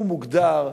הוא מוגדר,